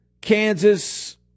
Kansas